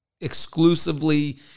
exclusively